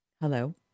Hello